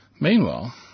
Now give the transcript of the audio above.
Meanwhile